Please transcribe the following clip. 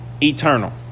Eternal